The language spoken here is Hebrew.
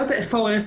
פורר,